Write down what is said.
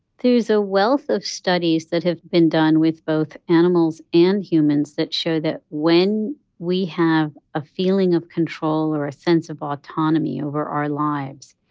there is a wealth of studies that have been done with both animals and humans that show that when we have a feeling of control or a sense of autonomy over our lives,